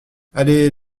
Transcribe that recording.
allez